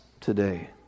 today